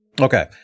Okay